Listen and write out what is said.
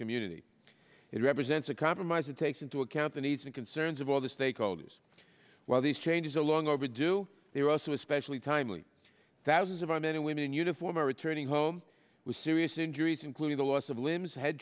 community it represents a compromise that takes into account the needs and concerns of all the stakeholders while these changes are long overdue they are also especially timely thousands of our men and women in uniform are returning home with serious injuries including the loss of limbs head